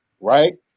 right